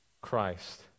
Christ